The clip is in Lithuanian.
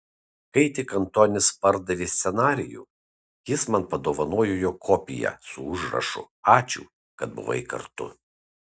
kai tik antonis pardavė scenarijų jis man padovanojo jo kopiją su užrašu ačiū kad buvai kartu